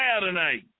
tonight